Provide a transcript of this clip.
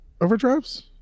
overdrives